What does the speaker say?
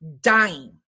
dying